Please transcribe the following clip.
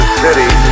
City